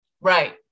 right